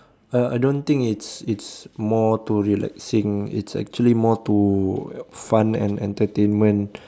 uh I don't think it's it's more to relaxing it's actually more to fun and entertainment